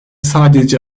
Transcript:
sadece